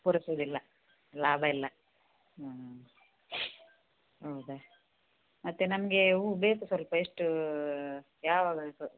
ಪುರ್ಸುದಿಲ್ಲ ಲಾಭ ಇಲ್ಲ ಹ್ಞೂ ಹೌದ ಮತ್ತು ನಮಗೆ ಹೂವು ಬೇಕು ಸ್ವಲ್ಪ ಎಷ್ಟು ಯಾವಾಗ ಕೊ